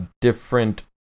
different